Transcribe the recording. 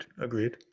agreed